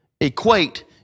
equate